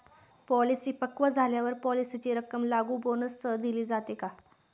Policy पक्व झाल्यावर पॉलिसीची रक्कम लागू बोनससह दिली जाते का?